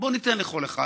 בואו ניתן לכל אחד